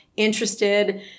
interested